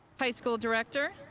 high school director,